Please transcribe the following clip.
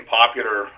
popular